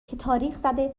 تاریخزده